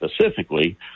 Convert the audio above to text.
specifically